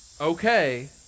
Okay